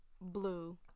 Blue